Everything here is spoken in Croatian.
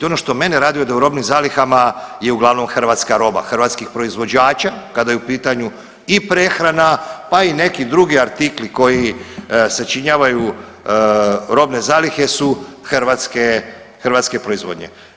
Ono što mene raduje da u robnim zalihama je uglavnom hrvatska roba hrvatskih proizvođača kada je u pitanju i prehrana, pa i neki drugi artikli koji sačinjavaju robne zalihe su hrvatske, hrvatske proizvodnje.